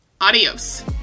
adios